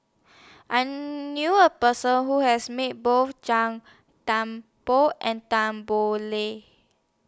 I knew A Person Who has Met Both Gan Tan Poh and Tan Boo Liat